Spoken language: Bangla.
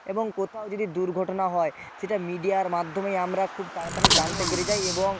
এবং কোথাও যদি দুর্ঘটনা হয় সেটা মিডিয়ার মাধ্যমেই আমরা খুব তাড়াতাড়ি জানতে পেরে যাই এবং